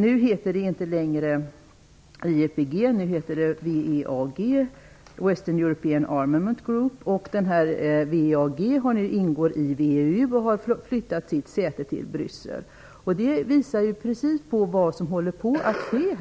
Nu heter organisationen inte längre EIPG, utan WEAG ingår nu i VEU och har flyttat sitt säte till Bryssel. Det visar vad som exakt håller på att ske.